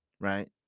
right